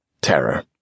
Terror